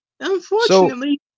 Unfortunately